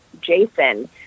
Jason